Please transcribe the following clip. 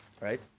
Right